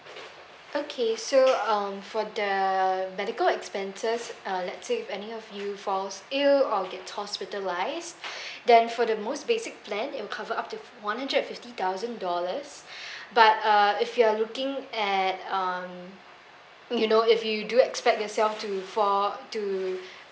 okay so uh for the medical expenses uh let's say if any of you falls ill or gets hospitalised then for the most basic plan it'll cover up to one hundred fifty thousand dollars but uh if you're looking at um you know if you do expect yourself to fall to